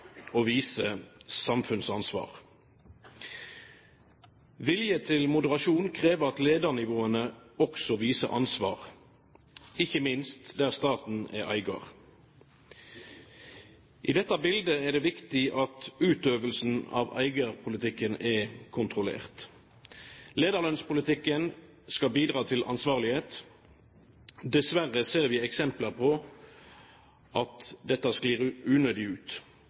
og viser samfunnsansvar. Vilje til moderasjon krever at ledernivåene også viser ansvar, ikke minst der staten er eier. I dette bildet er det viktig at utøvelsen av eierpolitikken er kontrollert. Lederlønnspolitikken skal bidra til ansvarlighet. Dessverre ser vi eksempler på at dette sklir unødig ut.